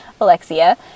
Alexia